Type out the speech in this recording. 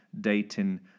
dating